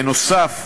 בנוסף,